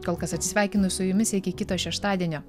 kol kas atsisveikinu su jumis iki kito šeštadienio